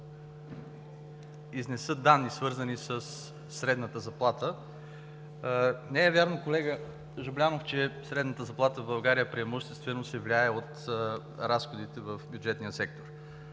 изнеса данни, свързани със средната заплата. Не е вярно, колега Жаблянов, че средната заплата в България преимуществено се влияе от разходите в бюджетния сектор.